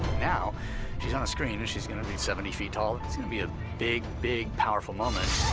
now she's on a screen and she's going to be seventy feet tall. it's going to be a big, big powerful moment.